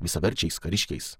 visaverčiais kariškiais